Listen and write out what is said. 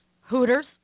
Hooters